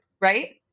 right